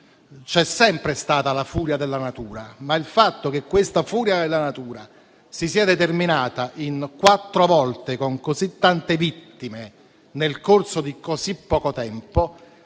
C'è sempre stata la furia della natura. Ma il fatto che questa furia della natura si sia determinata in quattro volte, con così tante vittime, nel corso di così poco tempo,